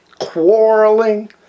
quarreling